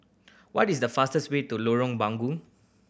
what is the fastest way to Lorong Bungu